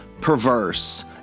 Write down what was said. perverse